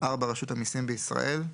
4.רשות המיסים בישראל.